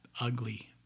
ugly